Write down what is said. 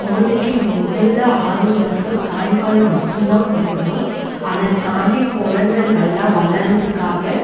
குழந்தைக்கி முதலில் ஆறு மாதம் தாய் பால் மட்டும்தான் கொடுக்கணும் அதை தாண்டி குழந்த நல்லா வளர்றதுக்காக